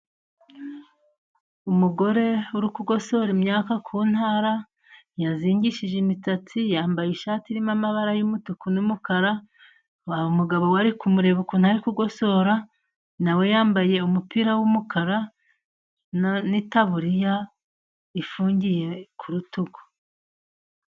Umugore uri kugosora imyaka ku ntara yazingishije imitsatsi ,yambaye ishati irimo amabara y'umutuku n'umukara, umugabo we ari kumureba ukuntu ari kugosora nawe yambaye umupira w'umukara n'itaburiya ifungiye ku rutugu.